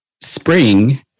spring